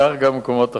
וכך גם במקומות אחרים.